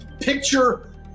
picture